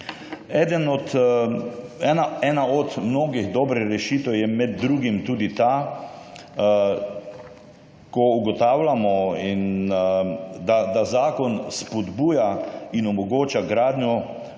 Ena od mnogih dobrih rešitev je med drugim tudi ta, ko ugotavljamo, da zakon spodbuja in omogoča gradnjo